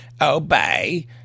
obey